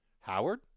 Howard